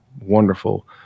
wonderful